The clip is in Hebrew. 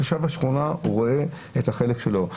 תושב השכונה, הוא רואה את החלק שלו.